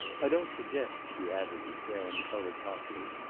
i don't suggest, he added, as graham colored hotly,